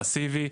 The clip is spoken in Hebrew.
מאסיבי,